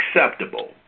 acceptable